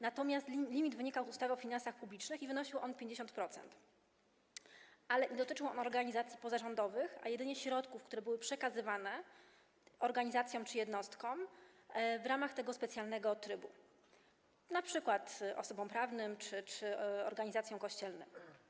Natomiast limit wynikał z ustawy o finansach publicznych i wynosił 50%, ale nie dotyczył organizacji pozarządowych, a jedynie środków, które były przekazywane organizacjom czy jednostkom w ramach tego specjalnego trybu, np. osobom prawnym czy organizacjom kościelnym.